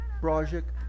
project